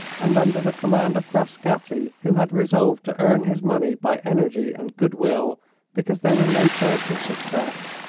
and under the command of frascatti, who had resolved to earn his money by energy and good will because there was no chance of success,